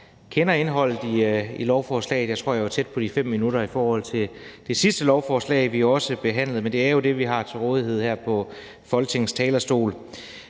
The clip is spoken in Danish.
jeg kender indholdet i lovforslaget. Jeg tror, jeg var tæt på de 5 minutter i forhold til det sidste lovforslag, vi også behandlede, men det er jo det, vi har til rådighed her på Folketingets talerstol.